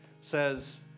says